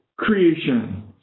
creation